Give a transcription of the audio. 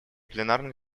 пленарных